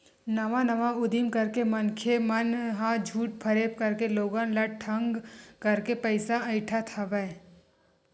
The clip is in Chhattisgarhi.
नवा नवा उदीम करके मनखे मन ह झूठ फरेब करके लोगन ल ठंग करके पइसा अइठत हवय